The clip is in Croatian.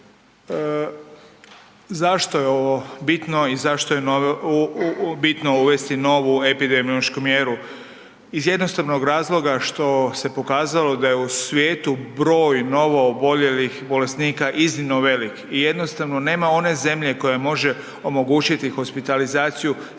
Zašto je ovo bitno i zašto je bitno uvesti novu epidemiološku mjeru? Iz jednostavnog razloga što se pokazalo da je u svijetu broj novooboljelih bolesnika iznimno velik i jednostavno nema one zemlje koja može omogućiti hospitalizaciju svih